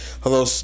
Hello